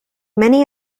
many